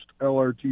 LRT